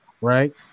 Right